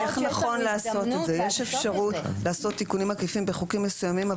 יש אפשרות לעשות תיקונים עקיפים בחוקים מסוימים,